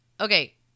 okay